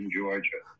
Georgia